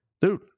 Dude